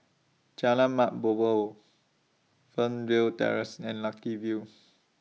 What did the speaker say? Jalan Mat Jambol Fernwood Terrace and Lucky View